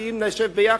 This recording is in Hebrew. כי אם נשב ביחד,